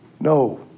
No